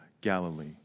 Galilee